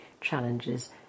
challenges